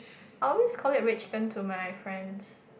I always called it red chicken to my friends